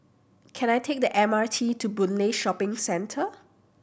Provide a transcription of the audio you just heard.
can I take the M R T to Boon Lay Shopping Centre